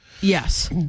Yes